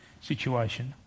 situation